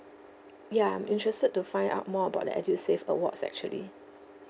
ya I'm interested to find out more about the edusave awards actually